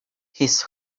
his